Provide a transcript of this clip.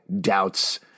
doubts